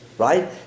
Right